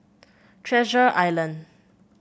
Treasure Island